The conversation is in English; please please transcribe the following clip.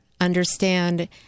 understand